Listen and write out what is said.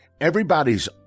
everybody's